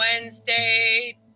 Wednesday